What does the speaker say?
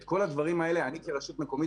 ואת כל הדברים האלה אני כרשות מקומית